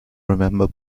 remember